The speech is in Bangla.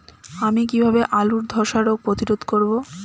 আমি কিভাবে আলুর ধ্বসা রোগ প্রতিরোধ করব?